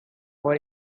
for